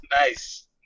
Nice